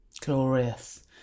Glorious